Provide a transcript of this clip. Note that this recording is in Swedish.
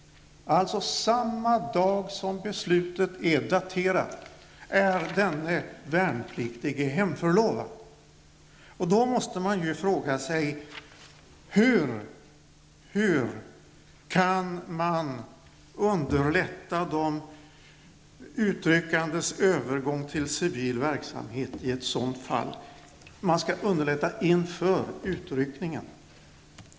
Samma dag som beslutet är daterat blir denne värnpliktige hemförlovad. Man måste då fråga sig hur man kan underlätta de utryckandes övergång till civil verksamhet i ett sådant fall. Man skall underlätta inför utryckningen.